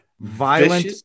Violent